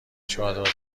چادر